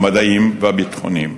המדעיים והביטחוניים.